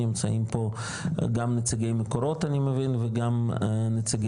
נמצאים פה גם נציגי מקורות אני מבין וגם נציגי